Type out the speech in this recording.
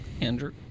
Andrew